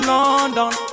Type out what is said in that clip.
London